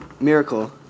Miracle